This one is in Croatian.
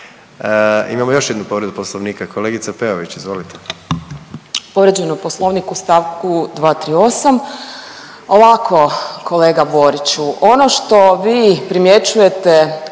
Imamo još jednu povredu poslovnika, kolegice Peović izvolite. **Peović, Katarina (RF)** Povrijeđen je poslovnik u st. 238.. Ovako kolega Boriću, ono što vi primjećujete